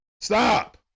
Stop